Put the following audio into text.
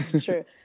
true